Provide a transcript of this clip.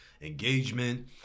engagement